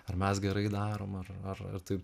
ar mes gerai darom ar ar taip